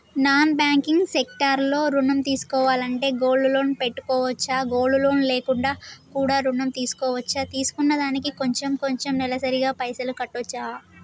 Non banking sector లో ఋణం తీసుకోవాలంటే గోల్డ్ లోన్ పెట్టుకోవచ్చా? గోల్డ్ లోన్ లేకుండా కూడా ఋణం తీసుకోవచ్చా? తీసుకున్న దానికి కొంచెం కొంచెం నెలసరి గా పైసలు కట్టొచ్చా?